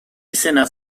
izena